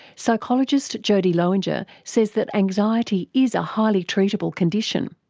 psychologist jodie lowinger says that anxiety is a highly treatable condition,